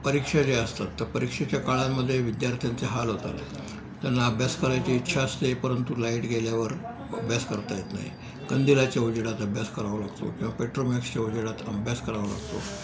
परीक्षा जे असतात त्या परीक्षेच्या काळांमध्ये विद्यार्थ्यांचे हाल होतात त्यांना अभ्यास करायची इच्छा असते परंतु लाईट गेल्यावर अभ्यास करता येत नाही कंदिलाच्या उजेडात अभ्यास करावा लागतो किंवा पेट्रोमॅक्सच्या उजेडात अभ्यास करावा लागतो